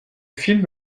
film